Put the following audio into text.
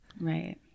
Right